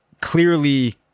clearly